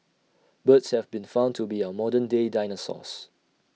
birds have been found to be our modern day dinosaurs